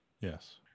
yes